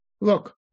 look